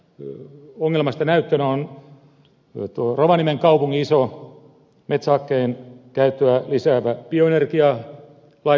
tästä ongelmasta on näyttönä rovaniemen kaupungin iso metsähakkeen käyttöä lisäävä bioenergialaitoshanke